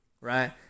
right